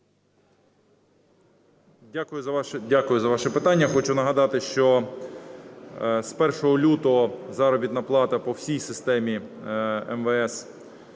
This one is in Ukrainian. Дякую за ваше питання. Хочу нагадати, що з 1 лютого заробітна плата по всій системі МВС